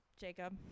Jacob